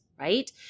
Right